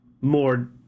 more